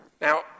Now